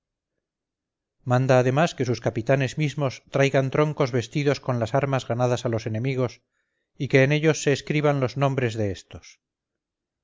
manda además que sus capitanes mismos traigan troncos vestidos con las armas ganadas a los enemigos y que en ellos se escriban los nombres de estos